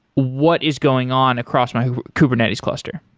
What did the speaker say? what is going on across my kubernetes cluster?